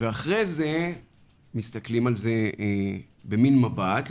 ואחרי זה מסתכלים על זה במעין מבט,